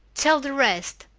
tell the rest!